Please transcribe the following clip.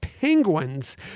Penguins